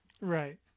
Right